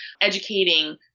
educating